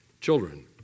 children